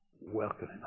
welcoming